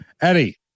Eddie